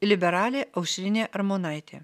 liberalė aušrinė armonaitė